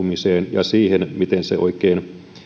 ja siihen miten se oikein voidaan ottaa